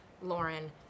Lauren